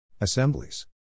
Assemblies